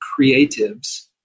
creatives